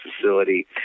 facility